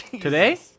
Today